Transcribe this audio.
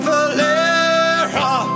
Valera